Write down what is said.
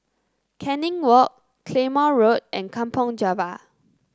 Canning Walk Claymore Road and Kampong Java